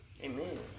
Amen